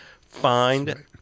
Find